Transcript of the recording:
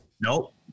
Nope